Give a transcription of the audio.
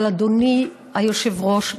אבל אדוני היושב-ראש,